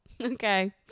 okay